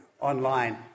online